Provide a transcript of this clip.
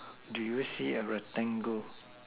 do you see a rectangle